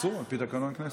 אסור על פי תקנון הכנסת.